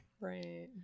Right